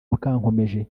mukankomeje